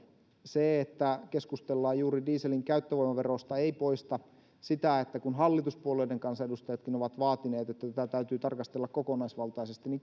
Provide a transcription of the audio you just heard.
se että keskustellaan juuri dieselin käyttövoimaverosta ei poista sitä mitä hallituspuolueiden kansanedustajatkin ovat vaatineet tätä täytyy tarkastella kokonaisvaltaisesti sillä